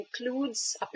includes